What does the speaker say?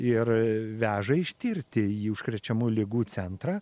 ir veža ištirti į užkrečiamų ligų centrą